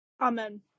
amen